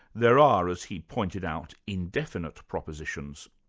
there are, as he pointed out, indefinite propositions.